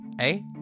Hey